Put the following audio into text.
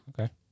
Okay